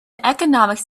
economics